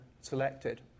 selected